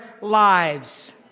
lives